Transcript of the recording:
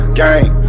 gang